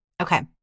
Okay